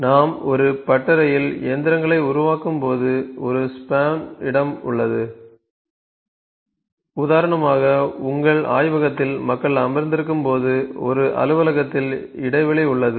நாம் ஒரு பட்டறையில் இயந்திரங்களை வைக்கும்போது ஒரு ஸ்பான் இடம் உள்ளது உதாரணமாக உங்கள் ஆய்வகத்தில் மக்கள் அமர்ந்திருக்கும்போது ஒரு அலுவலகத்தில் இடைவெளி உள்ளது